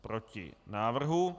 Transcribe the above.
Proti návrhu.